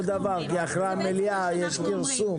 זה אותו דבר כי אחרי המליאה יש פרסום.